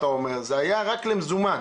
רק למזומן?